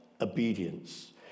obedience